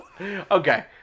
okay